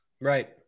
Right